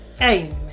Amen